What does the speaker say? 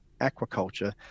aquaculture